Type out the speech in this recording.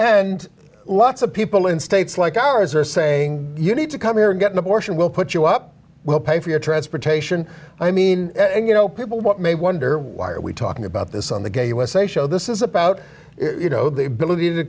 and lots of people in states like ours are saying you need to come here and get an abortion we'll put you up we'll pay for your transportation i mean you know people what may wonder why are we talking about this on the gay usa show this is about you know the ability to